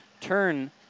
turn